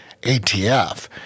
ATF